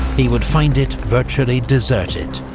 he would find it virtually deserted,